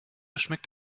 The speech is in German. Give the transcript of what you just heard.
schmeckt